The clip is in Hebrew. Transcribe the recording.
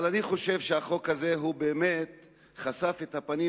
אבל אני חושב שהחוק הזה חשף את הפנים